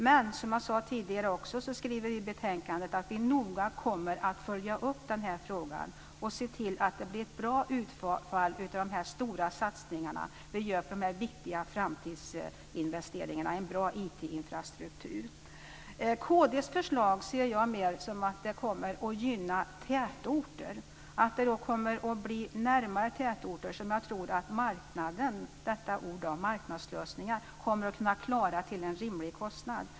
Men, som jag sade tidigare också skriver vi i betänkandet att vi noga kommer att följa upp den här frågan och se till att det blir ett bra utfall av de stora satsningar vi gör på de här viktiga framtidsinvesteringarna, en bra IT-infrastruktur. Kd:s förslag ser jag mer som att det kommer att gynna tätorter. Närmare tätorter tror jag att marknaden - detta ord - kommer att kunna klara anslutningen till en rimlig kostnad.